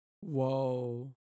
Whoa